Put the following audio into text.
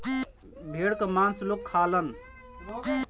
भेड़ क मांस लोग खालन